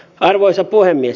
arvoisa puhemies